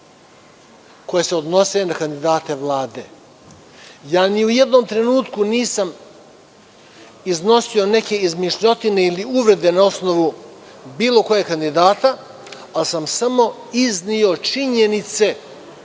koje se odnose na kandidate Vlade. Ni u jednom trenutku nisam iznosio neke izmišljotine ili uvrede na osnovu bilo kog kandidata, ali sam samo izneo činjenice